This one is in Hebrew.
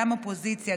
גם אופוזיציה,